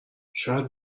شاید